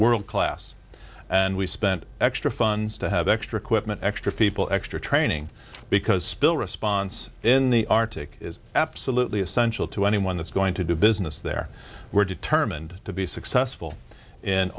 world class and we spent extra funds to have extra equipment extra people extra training because spill response in the arctic is absolutely essential to anyone that's going to do business there we're determined to be successful in